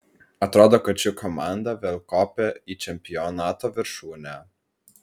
atrodo kad ši komanda vėl kopia į čempionato viršūnę